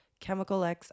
ChemicalX